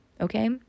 okay